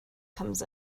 comes